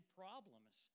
problems